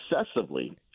excessively